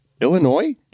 Illinois